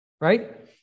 right